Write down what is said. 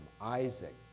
Isaac